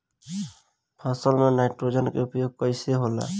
फसल में नाइट्रोजन के उपयोग कइसे होला?